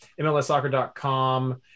MLSsoccer.com